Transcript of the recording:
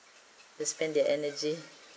to spend their energy